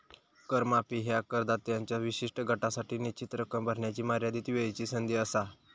कर माफी ह्या करदात्यांच्या विशिष्ट गटासाठी निश्चित रक्कम भरण्याची मर्यादित वेळची संधी असा